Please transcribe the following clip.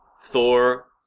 Thor